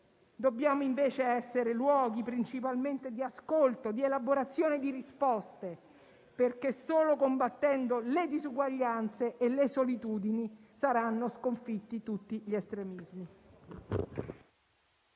Dobbiamo essere invece luoghi di ascolto e di elaborazione di risposte, perché solo combattendo le disuguaglianze e le solitudini saranno sconfitti tutti gli estremismi.